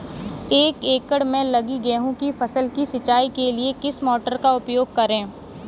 एक एकड़ में लगी गेहूँ की फसल की सिंचाई के लिए किस मोटर का उपयोग करें?